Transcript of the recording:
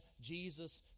Jesus